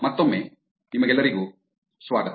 ಮತ್ತೊಮ್ಮೆ ನಿಮಗೆಲ್ಲರಿಗೂ ಸ್ವಾಗತ